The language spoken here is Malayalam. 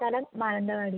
സ്ഥലം മാനന്തവാടി